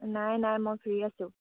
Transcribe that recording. নাই নাই মই ফ্ৰী আছোঁ